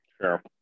sure